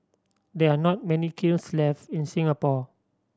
there are not many kilns left in Singapore